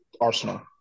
Arsenal